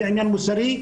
זה עניין מוסרי,